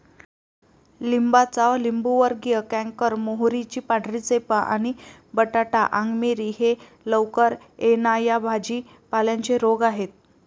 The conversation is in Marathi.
लिंबाचा लिंबूवर्गीय कॅन्कर, मोहरीची पांढरी चेपा आणि बटाटा अंगमेरी हे लवकर येणा या भाजी पाल्यांचे रोग आहेत